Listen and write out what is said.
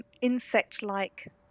insect-like